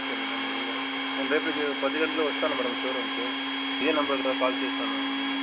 okay madam నేను రేపు పది గంటలకి వస్తాను మేడం షోరూంకి ఇదే నెంబర్కి కాల్ చేస్తాను నేను